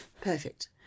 perfect